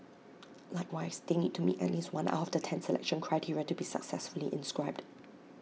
likewise they need to meet at least one out of the ten selection criteria to be successfully inscribed